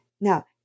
Now